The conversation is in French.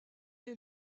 est